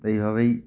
তা এইভাবেই